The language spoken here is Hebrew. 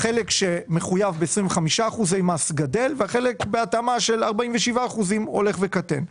החלק שמחויב ב-25 אחוזי מס גדל והחלק בהתאמה של 47 אחוזים הולך וקטן.